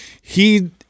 he-